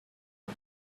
our